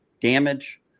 damage